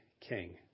king